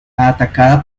atacada